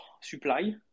supply